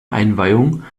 einweihung